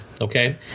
okay